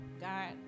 God